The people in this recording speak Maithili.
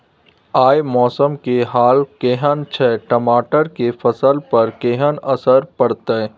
आय मौसम के हाल केहन छै टमाटर के फसल पर केहन असर परतै?